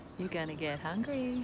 you're going to get hungry.